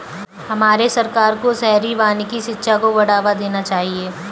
हमारे सरकार को शहरी वानिकी शिक्षा को बढ़ावा देना चाहिए